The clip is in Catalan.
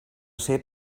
ser